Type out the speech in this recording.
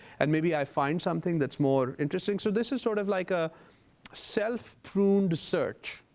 and maybe i find something that's more interesting. so this is sort of like a self-pruned search.